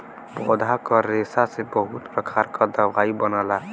पौधा क रेशा से बहुत प्रकार क दवाई बनला